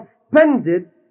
suspended